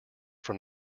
from